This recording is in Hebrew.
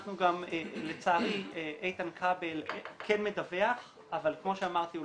לצערי איתן כבל כן מדווח אבל כמו שאמרתי,